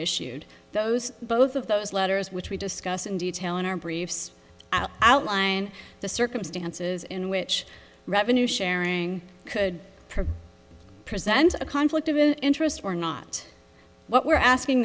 issued those both of those letters which we discussed in detail in our briefs out outline the circumstances in which revenue sharing could present a conflict of interest or not what we're asking